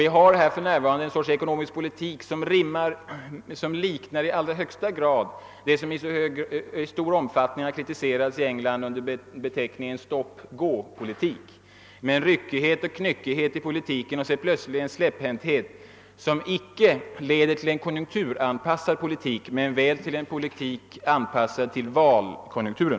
Vi har för närvarande en ekonomisk politik som i allra högsta grad liknar den som i så stor utsträckning har kritiserats i England under beteckningen stopp-gå-politik med en ryckighet och knyckighet och plötslig släpphänthet, som icke leder till en konjunkturanpassad politik men väl till en politik anpassad till valkonjunkturen.